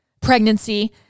pregnancy